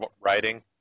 writing